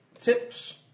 tips